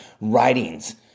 writings